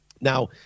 Now